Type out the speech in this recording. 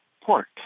port